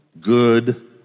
good